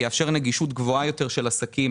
זה יאפשר נגישות גבוהה יותר של עסקים